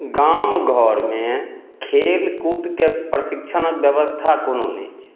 गाम घरमे खेलकूदके प्रशिक्षणक व्यवस्था कोनो नहि छै